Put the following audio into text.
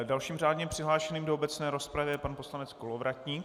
Dalším řádně přihlášeným do obecné rozpravy je pan poslanec Kolovratník.